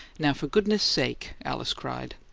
now, for goodness' sake! alice cried.